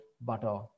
butter